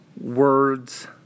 words